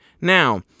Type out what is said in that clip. Now